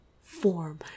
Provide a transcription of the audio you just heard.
form